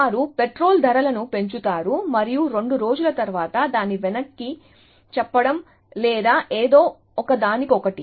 వారు పెట్రోల్ ధరలను పెంచుతారు మరియు రెండు రోజుల తర్వాత దాన్ని వెనక్కి చెప్పడం లేదా ఏదో ఒకదానికొకటి